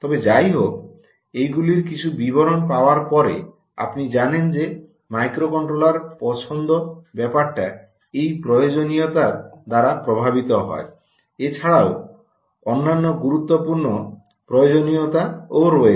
তবে যাইহোক এইগুলির কিছু বিবরণ পাওয়ার পরে আপনি জানেন যে মাইক্রোকন্ট্রোলারের পছন্দ ব্যাপারটা এই প্রয়োজনীয়তার দ্বারা প্রভাবিত হয় এছাড়াও অন্যান্য গুরুত্বপূর্ণ প্রয়োজনীয়তাও রয়েছে